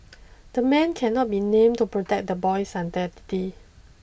the man cannot be named to protect the boy's identity